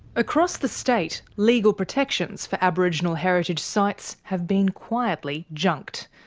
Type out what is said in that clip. across the state, legal protections for aboriginal heritage sites have been quietly junked.